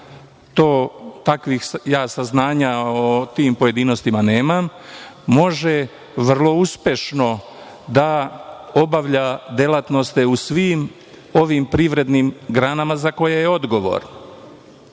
takvih saznanja o tim pojedinostima nemam, može vrlo uspešno da obavlja delatnosti u svim ovim privrednim granama za koje je